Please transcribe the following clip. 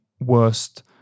worst